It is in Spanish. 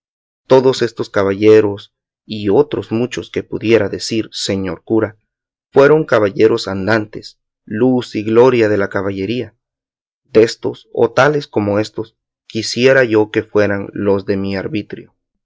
todos estos caballeros y otros muchos que pudiera decir señor cura fueron caballeros andantes luz y gloria de la caballería déstos o tales como éstos quisiera yo que fueran los de mi arbitrio